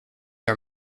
are